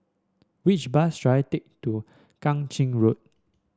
which bus should I take to Kang Ching Road